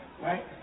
Right